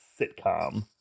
sitcom